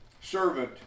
servant